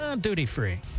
Duty-free